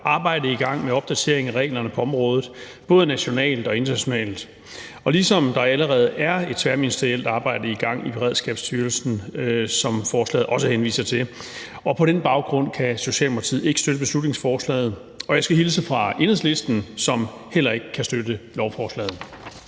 arbejde i gang med opdatering af reglerne på området både nationalt og internationalt, ligesom der allerede er et tværministerielt arbejde i gang i Beredskabsstyrelsen, som forslaget også henviser til. På den baggrund kan Socialdemokratiet ikke støtte beslutningsforslaget, og jeg skal hilse fra Enhedslisten, som heller ikke kan støtte beslutningsforslaget.